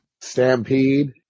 Stampede